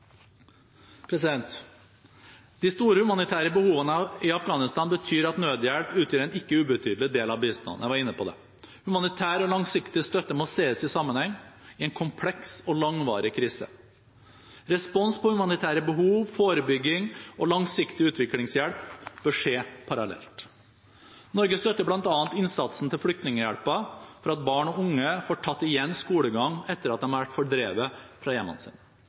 De store humanitære behovene i Afghanistan betyr at nødhjelp utgjør en ikke ubetydelig del av bistanden – jeg var inne på det. Humanitær og langsiktig støtte må ses i sammenheng i en kompleks og langvarig krise. Respons på humanitære behov, forebygging og langsiktig utviklingshjelp bør skje parallelt. Norge støtter bl.a. innsatsen til Flyktninghjelpen for at barn og unge får tatt igjen skolegang etter at de har vært fordrevet fra hjemmene sine.